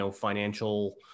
financial